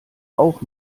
auch